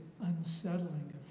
unsettling